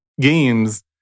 games